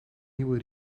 nieuwe